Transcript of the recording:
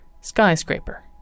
skyscraper